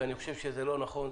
ואני חושב שזה לא נכון,